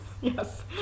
Yes